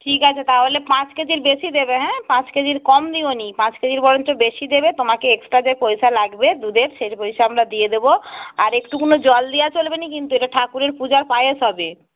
ঠিক আছে তাহলে পাঁচ কেজির বেশি দেবে হ্যাঁ পাঁচ কেজির কম দিও নি পাঁচ কেজির বরঞ্চ বেশি দেবে তোমাকে এক্সটা যে পয়সা লাগবে দুধের সেই পয়সা আমরা দিয়ে দেবো আর একটু কোনো জল দিয়ে চলবে না কিন্তু এটা ঠাকুরের পূজার পায়েস হবে